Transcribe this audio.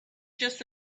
just